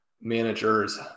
managers